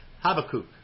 Habakkuk